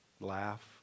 laugh